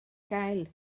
gael